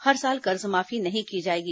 हर साल कर्जमाफी नहीं की जाएगी